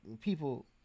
people